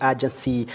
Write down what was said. Agency